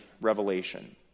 revelation